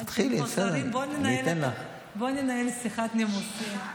עד שיגיעו השרים, בואו ננהל שיחת נימוסים.